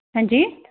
ਹੈਂਜੀ